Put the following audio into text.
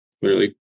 clearly